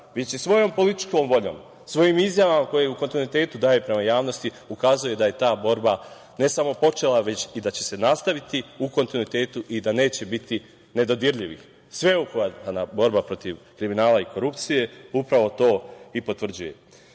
je i svojom političkom voljom, svojim izjavama koje u kontinuitetu daje prema javnosti ukazuje da je ta borba ne samo počela, već i da će se nastaviti u kontinuitetu i da neće biti nedodirljivih. Sveobuhvatna borba protiv kriminala i korupcije upravo to i potvrđuje.